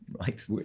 right